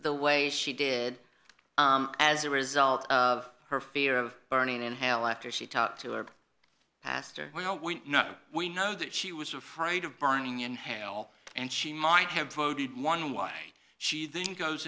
the way she did as a result of her fear of burning in hell after she talked to her pastor well we know we know that she was afraid of burning in hell and she might have voted one way she